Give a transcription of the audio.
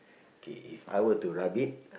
K If I were to rub it